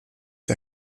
der